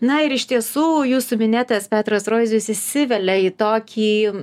na ir iš tiesų jūsų minėtas petras roizijus įsivelia į tokį